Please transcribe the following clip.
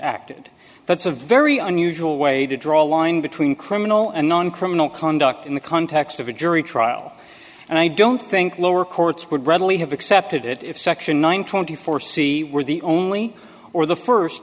acted that's a very unusual way to draw a line between criminal and non criminal conduct in the context of a jury trial and i don't think the lower courts would readily have accepted it if section one twenty four c were the only or the first